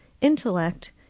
intellect